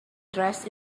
dressed